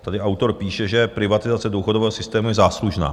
Tady autor píše, že privatizace důchodového systému je záslužná.